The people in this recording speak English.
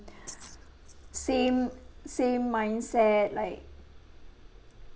same same mindset like